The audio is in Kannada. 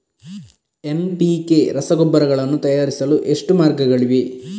ಎನ್.ಪಿ.ಕೆ ರಸಗೊಬ್ಬರಗಳನ್ನು ತಯಾರಿಸಲು ಎಷ್ಟು ಮಾರ್ಗಗಳಿವೆ?